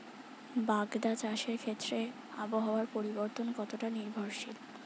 বাগদা চাষের ক্ষেত্রে আবহাওয়ার পরিবর্তন কতটা নির্ভরশীল?